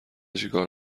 چیکار